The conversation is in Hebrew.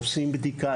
עושים בדיקה.